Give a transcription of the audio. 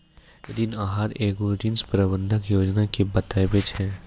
ऋण आहार एगो ऋण प्रबंधन योजना के बताबै छै